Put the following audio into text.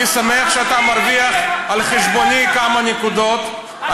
אני שמח שאתה מרוויח על חשבוני כמה נקודות.